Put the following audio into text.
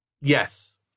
Yes